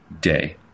day